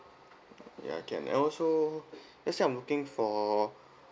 ya can and also let's say I'm looking for